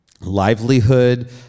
livelihood